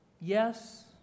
yes